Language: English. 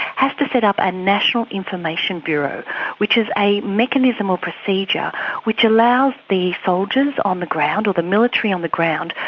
has to set up a national information bureau which is a mechanism or procedure which allows the soldiers on the ground, or the military on the ground,